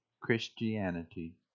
Christianity